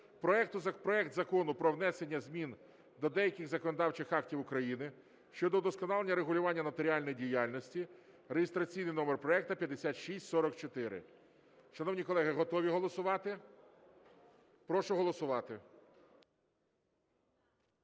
проект Закону про внесення змін до деяких законодавчих актів України щодо удосконалення регулювання нотаріальної діяльності (реєстраційний номер проекту 5644). Шановні колеги, готові голосувати? Прошу голосувати.